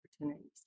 opportunities